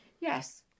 Yes